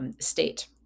state